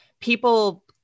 people